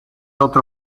otro